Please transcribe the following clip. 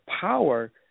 power